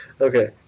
Okay